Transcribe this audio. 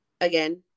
Again